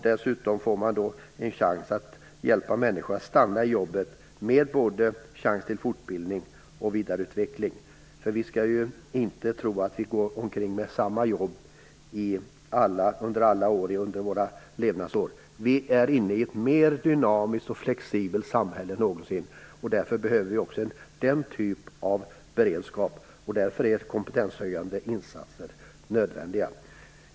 Dessutom får man då en chans att hjälpa människor att stanna kvar i sina jobb, med chans till både fortbildning och vidareutveckling. Vi skall vi ju inte tro att vi kommer att kunna ha kvar samma jobb under alla våra levnadsår. Vi har ett mer dynamiskt och flexibelt samhälle än någonsin tidigare, och vi behöver en beredskap för detta. Därför är kompetenshöjande insatser nödvändiga.